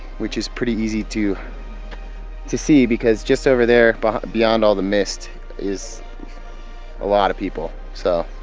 which is pretty easy to to see because just over there beyond all the mist is a lot of people. so